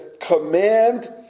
command